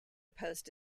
post